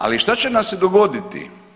Ali šta će nam se dogoditi?